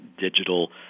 digital